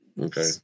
Okay